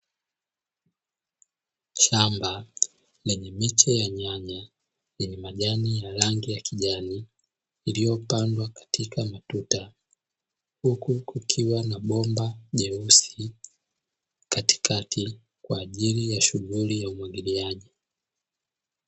Shamba lenye miche ya nyanya yenye majani ya rangi ya kijani, iliyopandwa katika matuta huku kukiwa na bomba jeusi katikati kwa ajili ya shughuli ya umwagiliaji.